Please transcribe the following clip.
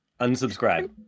Unsubscribe